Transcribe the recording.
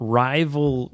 rival